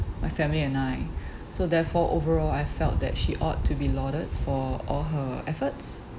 my family and I so therefore overall I felt that she ought to be lauded for all her efforts